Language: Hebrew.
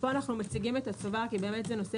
פה אנו מציגים את הצובר כי זה נושא